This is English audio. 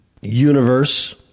universe